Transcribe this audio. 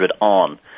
on